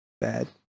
bad